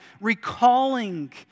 recalling